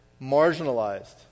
marginalized